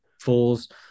falls